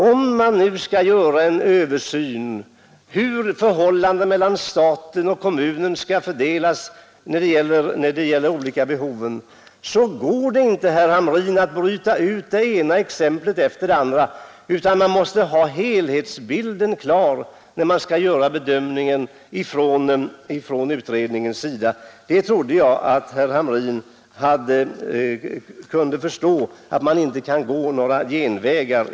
Om man nu skall göra en översyn över hur utgifterna skall fördelas mellan stat och kommun när det gäller de olika behoven, går det inte att bryta ut det ena exemplet efter det andra, herr Hamrin, utan man måste ha helhetsbilden klar när utredningen skall göra bedömningen. Jag trodde att herr Hamrin kunde förstå att man i det fallet inte kan gå några genvägar.